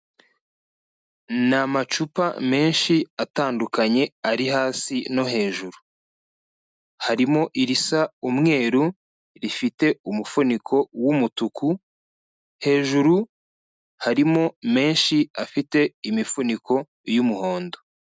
Ni amacupa menshi atandukanye ari hasi no hejuru, harimo irisa umweru rifite umufuniko w'umutuku, hejuru harimo menshi afite imifuniko y'umuhondo.